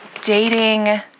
dating